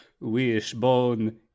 Wishbone